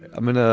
i mean, ah